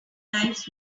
lives